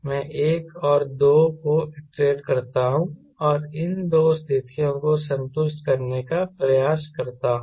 मैं 1 और 2 को आईट्रेट करता हूं और इन दो स्थितियों को संतुष्ट करने का प्रयास करता हूं